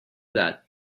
that